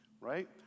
Right